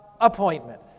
appointment